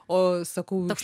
o sakau toks